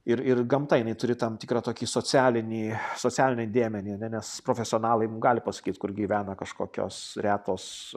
ir ir gamta jinai turi tam tikrą tokį socialinį socialinį dėmenį ane nes profesionalai gali pasakyt kur gyvena kažkokios retos